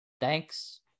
thanks